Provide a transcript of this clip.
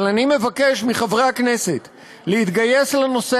אבל אני מבקש מחברי הכנסת להתגייס לנושא